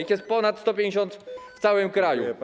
Ich jest ponad 150 w całym kraju.